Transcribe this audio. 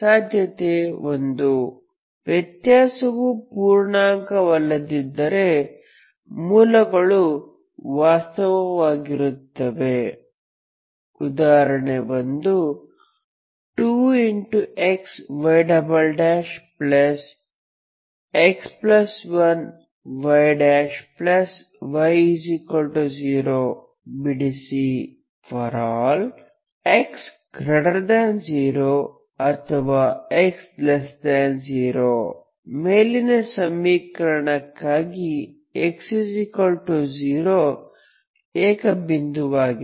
ಸಾಧ್ಯತೆ 1 ವ್ಯತ್ಯಾಸವು ಪೂರ್ಣಾಂಕವಲ್ಲದಿದ್ದರೆ ಮೂಲಗಳು ವಾಸ್ತವಿಕವಾಗಿರುತ್ತವೆ ಉದಾಹರಣೆ 1 2xyx1yy0 ಬಿಡಿಸಿ ∀ x0 ಅಥವಾ x0 ಮೇಲಿನ ಸಮೀಕರಣಕ್ಕಾಗಿ x 0 ಏಕ ಬಿಂದುವಾಗಿದೆ